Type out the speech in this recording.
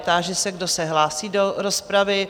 Táži se, kdo se hlásí do rozpravy?